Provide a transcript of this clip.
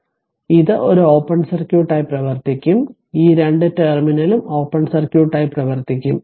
അതിനാൽ ഇത് ഒരു ഓപ്പൺ സർക്യൂട്ടായി പ്രവർത്തിക്കും ഈ രണ്ട് ടെർമിനലും ഓപ്പൺ സർക്യൂട്ടായി പ്രവർത്തിക്കും